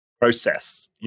process